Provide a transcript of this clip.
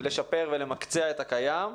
לשפר ולמקצע את הקיים.